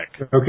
Okay